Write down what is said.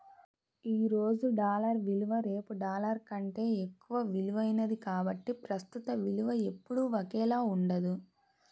ఈ రోజు డాలర్ విలువ రేపు డాలర్ కంటే ఎక్కువ విలువైనది కాబట్టి ప్రస్తుత విలువ ఎప్పుడూ ఒకేలా ఉండదు